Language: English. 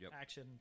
action